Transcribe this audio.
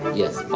yes.